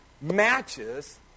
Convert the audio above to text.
matches